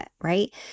right